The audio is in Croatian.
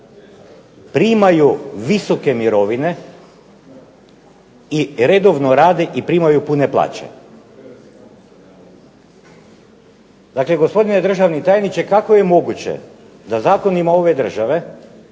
primaju visoke mirovine i redovno rade i primaju pune plaće. Dakle gospodine državni tajniče, kako je moguće da zakonima ove države